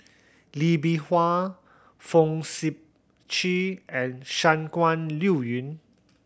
Lee Bee Wah Fong Sip Chee and Shangguan Liuyun